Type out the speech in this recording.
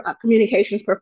communications